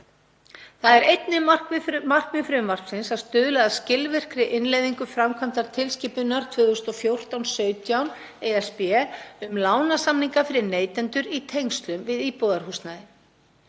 Það er einnig markmið frumvarpsins að stuðla að skilvirkri innleiðingu og framkvæmd tilskipunar 2014/17/ESB, um lánasamninga fyrir neytendur í tengslum við íbúðarhúsnæði.